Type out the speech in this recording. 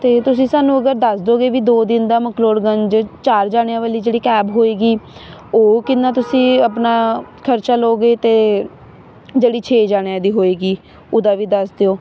ਅਤੇ ਤੁਸੀਂ ਸਾਨੂੰ ਅਗਰ ਦੱਸ ਦਿਓਗੇ ਵੀ ਦੋ ਦਿਨ ਦਾ ਮਕਲੋੜਗੰਜ ਚਾਰ ਜਣਿਆਂ ਵਾਲੀ ਜਿਹੜੀ ਕੈਬ ਹੋਵੇਗੀ ਉਹ ਕਿੰਨਾ ਤੁਸੀਂ ਆਪਣਾ ਖ਼ਰਚਾ ਲਓਗੇ ਅਤੇ ਜਿਹੜੀ ਛੇ ਜਣਿਆਂ ਦੀ ਹੋਵੇਗੀ ਉਹਦਾ ਵੀ ਦੱਸ ਦਿਓ